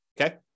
Okay